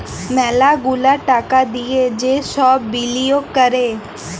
ম্যালা গুলা টাকা দিয়ে যে সব বিলিয়গ ক্যরে